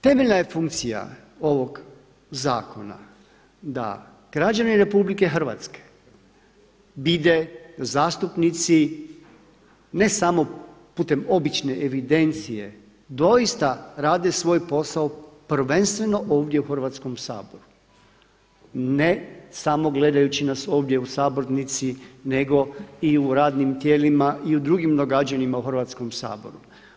Temeljna je funkcija ovog zakona da građani RH vide zastupnici ne samo putem obične evidencije, doista rade svoj posao prvenstveno ovdje u Hrvatskom saboru, ne samo gledajući nas ovdje u sabornici nego i u radnim tijelima i u drugim događanjima u Hrvatskom saboru.